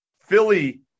Philly